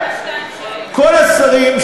כל השרים,